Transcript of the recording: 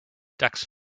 ducks